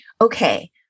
okay